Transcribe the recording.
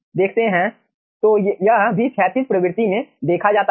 तो यह भी क्षैतिज प्रवृत्ति में देखा जाता है